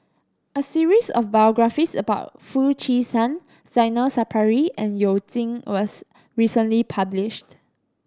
a series of biographies about Foo Chee San Zainal Sapari and You Jin was recently published